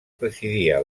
presidia